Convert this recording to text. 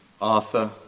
Arthur